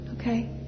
Okay